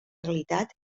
realitat